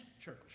church